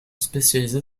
spécialisé